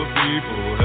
people